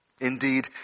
Indeed